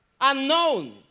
unknown